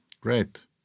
Great